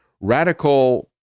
radical